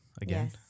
again